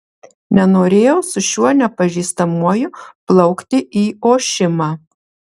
nenorėjau su šiuo nepažįstamuoju plaukti į ošimą